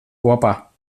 kopā